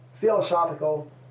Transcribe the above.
philosophical